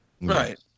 Right